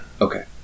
Okay